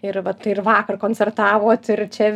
ir vat ir vakar koncertavot ir čia